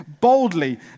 boldly